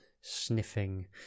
sniffing